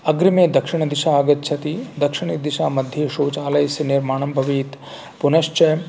अग्रिमे दक्षिणदिशा आगच्छति दक्षिणदिशामध्ये शौचालयस्य निर्माणं भवेत् पुनश्च